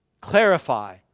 Clarify